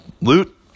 Loot